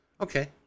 Okay